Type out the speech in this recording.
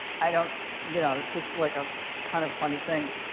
i don't you know, it's just like a kind of funny thing.